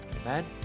Amen